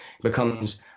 becomes